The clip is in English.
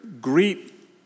greet